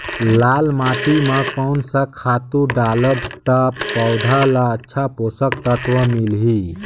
लाल माटी मां कोन सा खातु डालब ता पौध ला अच्छा पोषक तत्व मिलही?